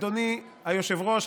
אדוני היושב-ראש,